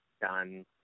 done